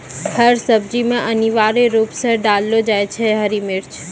हर सब्जी मॅ अनिवार्य रूप सॅ डाललो जाय छै हरी मिर्च